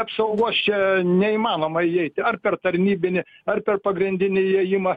apsaugos čia neįmanoma įeiti ar per tarnybinį ar per pagrindinį įėjimą